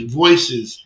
voices